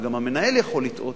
וגם המנהל יכול לטעות.